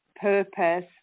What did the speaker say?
purpose